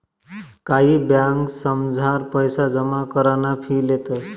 कायी ब्यांकसमझार पैसा जमा कराना फी लेतंस